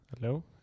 Hello